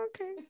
Okay